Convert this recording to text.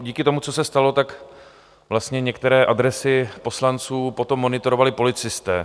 Díky tomu, co se stalo, vlastně některé adresy poslanců potom monitorovali policisté.